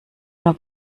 nur